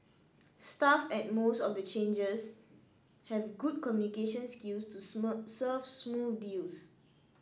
staff at most of the changers have good communication skills to serve smooth deals